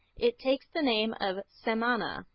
it takes the name of samana,